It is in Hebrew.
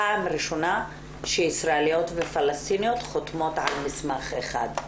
פעם ראשונה שישראליות ופלשתיניות חותמות על מסמך אחד.